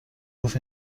گفت